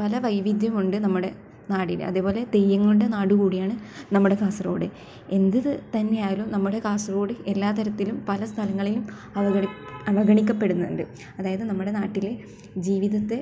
പല വൈവിധ്യമുണ്ട് നമ്മുടെ നാടിന് അതേപോലെ തെയ്യങ്ങളുടെ നാട് കൂടിയാണ് നമ്മുടെ കാസർഗോട് എന്ത് തന്നെ ആയാലും നമ്മുടെ കാസഗോട് എല്ലാ തരത്തിലും പല സ്ഥലങ്ങളിലും അവഗണി അവഗണിക്കപ്പെടുന്നുണ്ട് അതായത് നമ്മുടെ നാട്ടിലെ ജീവിതത്തെ